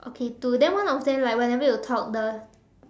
okay two then one of them like whenever you talk the